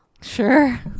Sure